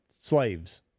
slaves